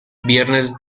viernes